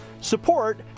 support